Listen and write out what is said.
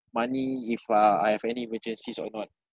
money if uh I have any emergencies or not